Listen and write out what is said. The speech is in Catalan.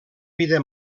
vida